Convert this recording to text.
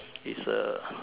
is uh